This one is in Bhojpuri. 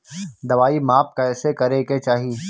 दवाई माप कैसे करेके चाही?